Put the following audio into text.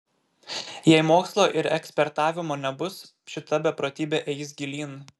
jei mokslo ir ekspertavimo nebus šita beprotybė eis gilyn